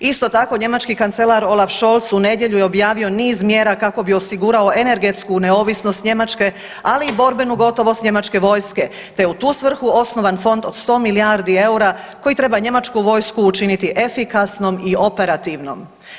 Isto tako njemački kancelar Olaf Scholz u nedjelju je objavio niz mjera kako bi osigurao energetsku neovisnost Njemačke, ali i borbenu gotovost njemačke vojske, te je u tu svrhu osnovan fond od 100 milijardi eura koji treba njemačku vojsku učiniti efikasnom i operativnom.